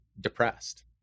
depressed